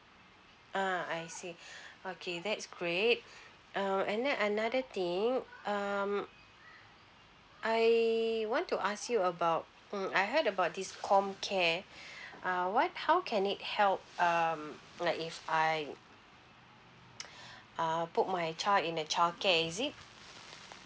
ah I see okay that's great um and then another thing um I want to ask you about mm I heard about this comcare uh what how can it make help um like if I uh put my child in the childcare is it